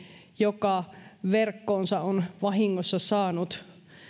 joka verkkoonsa on vahingossa saanut